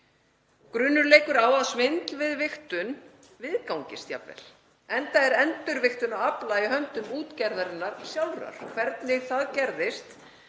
Grunur leikur á að svindl við vigtun viðgangist jafnvel, enda er endurvigtun á afla í höndum útgerðarinnar sjálfrar. Ég skil ekki